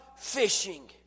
Fishing